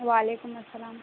وعلیکم السلام